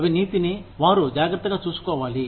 అవినీతిని వారు జాగ్రత్తగా చూసుకోవాలి